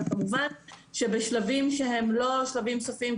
כמובן שבשלבים שהם לא שלבים סופיים,